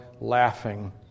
laughing